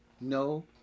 No